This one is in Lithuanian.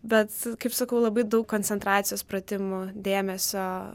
bet kaip sakau labai daug koncentracijos pratimų dėmesio